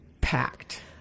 packed